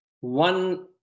One